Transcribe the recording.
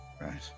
Right